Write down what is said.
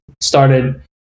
started